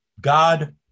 God